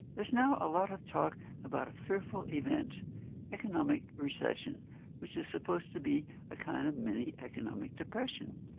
there's now a lot of talk about a fearful event economic recession which is supposed to be a kind of mini economic depression.